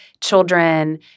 children